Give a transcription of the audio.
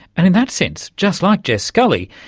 and in that sense, just like jess scully,